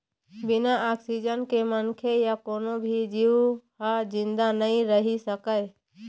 बिन ऑक्सीजन के मनखे य कोनो भी जींव ह जिंदा नइ रहि सकय